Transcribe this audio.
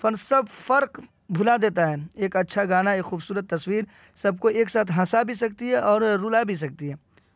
فن سب فرق بھلا دیتا ہے ایک اچھا گانا ایک خوبصورت تصویر سب کو ایک ساتھ ہنسا بھی سکتی ہے اور رلا بھی سکتی ہے